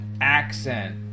accent